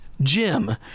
Jim